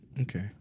Okay